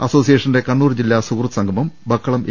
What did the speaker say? അസോസിയേഷന്റെ കണ്ണൂർ ജില്ലാ സുഹൃദ് സംഗമം ബക്കളം എ